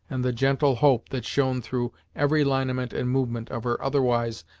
and the gentle hope that shone through every lineament and movement of her otherwise,